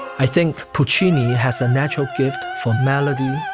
i think pulcini has a natural gift for melody,